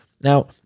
Now